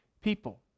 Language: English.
people